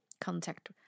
contact